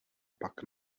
pak